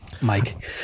Mike